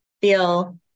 Feel